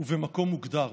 ובמקום מוגדר,